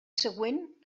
següent